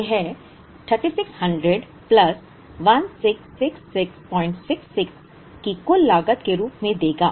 इसलिए यह 3600 प्लस 166666 की कुल लागत के रूप में देगा